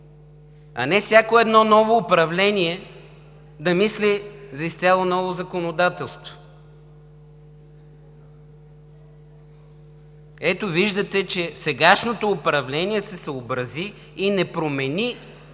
а не всяко едно ново управление да мисли за изцяло ново законодателство. Ето, виждате, че сегашното управление се съобрази и не промени приетия